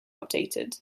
updated